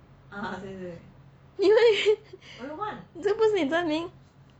有咩这不是你真名